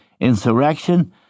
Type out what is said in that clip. insurrection